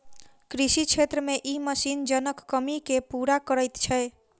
कृषि क्षेत्र मे ई मशीन जनक कमी के पूरा करैत छै